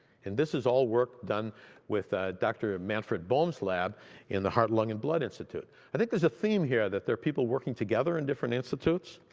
and this is all work done with ah dr. manford bone's lab in the heart lung and blood institute. i think there's a theme here there are people working together in different institutes.